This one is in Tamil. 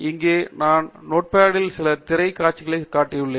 இங்கே நான் நோட்பேடில் சில திரை காட்சிகளைக் காட்டியுள்ளேன்